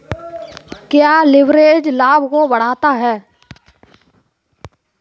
क्या लिवरेज लाभ को बढ़ाता है?